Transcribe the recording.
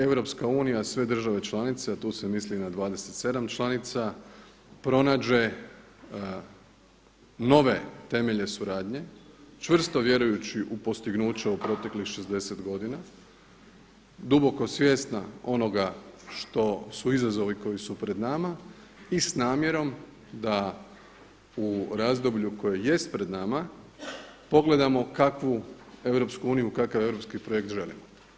Europska unija, sve države članice a tu se misli na 27 članica pronađe nove temelje suradnje čvrsto vjerujući u postignuće u proteklih 60 godina duboko svjesna onoga što su izazovi koji su pred nama i s namjerom da u razdoblju koje jest pred nama pogledamo kakvu EU, kakav europski projekt želimo.